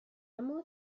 اما